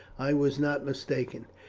i was not mistaken.